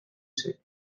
zait